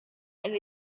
and